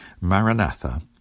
Maranatha